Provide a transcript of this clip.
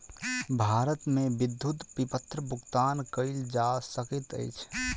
भारत मे विद्युत विपत्र भुगतान कयल जा सकैत अछि